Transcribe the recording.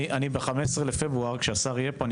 אני ב-15 לפברואר כשהשר יהיה פה אני